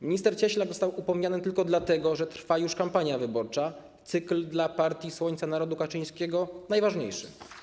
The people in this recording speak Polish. Minister Cieślak został upomniany tylko dlatego, że trwa już kampania wyborcza, cykl dla partii, słońca narodu - Kaczyńskiego najważniejszy.